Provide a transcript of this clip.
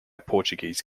portuguese